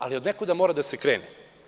Ali, odnekuda mora da se krene.